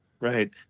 Right